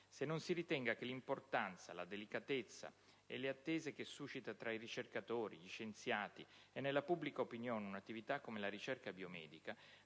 se non si ritenga che l'importanza, la delicatezza e le attese che suscita tra i ricercatori, gli scienziati, nella pubblica opinione un'attività come la ricerca biomedica